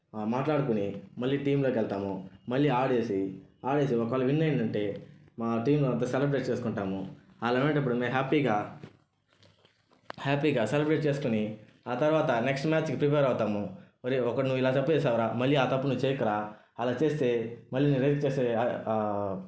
మాట్లాడుకొని మళ్ళీ టీంలోకి వెళ్తాము మళ్లీ ఆడేసి ఆడేసి ఒకవేళ విన్ అయిదంటే మా టీంలో అంతా సెలబ్రేట్ చేసుకుంటాము అలాంటప్పుడు మేము హ్యాపీగా హ్యాపీగా సెలబ్రేట్ చేసుకొని ఆ తర్వాత నెక్స్ట్ మ్యాచ్కి ప్రిపేర్ అవుతాము ఒరేయ్ ఒక్కడు నువ్వు ఇలా తప్పు చేశావురా మళ్లీ ఆ తప్పు నువ్వు చేయకురా అలా చేస్తే మళ్లీ నువ్వు రైట్ చేస్తే